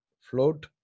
float